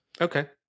Okay